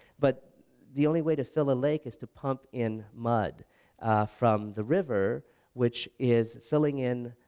but the only way to fill a lake is to pump in mud from the river which is filling in,